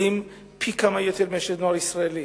פי כמה יותר מאשר נוער ישראלי.